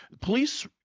Police